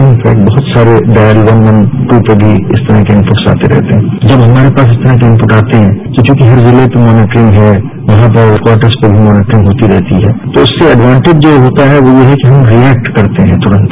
in fact बहुत सारे dial one one two पर भी इस तरह के इनपुट आते रहते हैं जब हमारे पास इस तरह के अनपुट आते हैं चूंकि हर जिले पर मॉनीटरिंग है यहां क्वार्टस पर भी मॉनीटरिंग होती रहती है तो इससे एडवांटेज जो होता है ये है कि हम रीएक्ट करते हैं तुरन्त